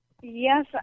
Yes